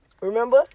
Remember